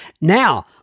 now